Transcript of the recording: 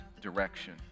direction